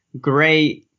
great